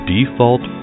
Default